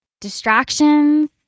distractions